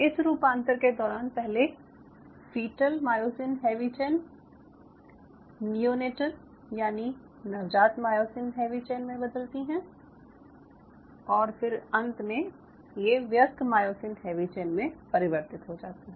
इस रूपांतर के दौरान पहले foetal myosin heavy chain neonatal यानि नवजात मायोसिन हैवी चेन में बदलती हैं और फिर अंत में ये व्यस्क मायोसिन हैवी चेन में परिवर्तित हो जाती हैं